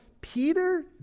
Peter